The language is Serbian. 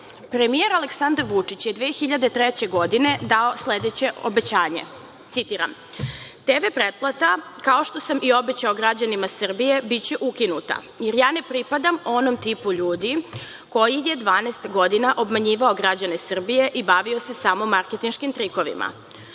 Aleksandar Vučić je 2003. godine dao sledeće obećanje, citiram – „TV pretplata kao što sam i obećao građanima Srbije biće ukinuta, jer ja ne pripadam onom tipu ljudi koji je 12 godina obmanjivao građane Srbije i bavio se samo marketinškim trikovima.